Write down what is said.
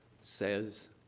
says